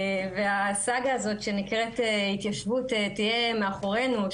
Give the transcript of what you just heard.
והסאגה הזו שנקראת התיישבות תהיה מאחורינו,